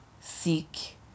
seek